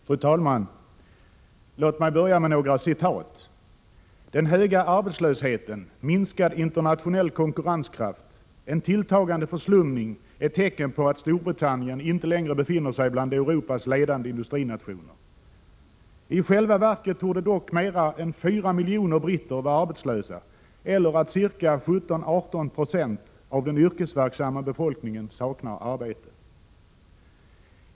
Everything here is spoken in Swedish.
Fru talman! Låt mig börja med några citat: ”Den höga arbetslösheten, minskad internationell konkurrenskraft, en tilltagande förslumning är tecken på att Storbritannien inte längre befinner sig bland Europas ledande industrinationer. I själva verket torde dock mer än 4 miljoner britter vara arbetslösa, eller att ca 17—18 90 av den yrkesverksamma befolkningen saknar arbete.